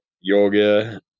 yoga